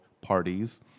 parties